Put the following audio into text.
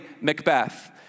Macbeth